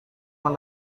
yang